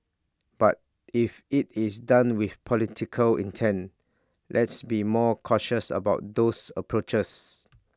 but if IT is done with political intent let's be more cautious about those approaches